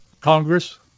Congress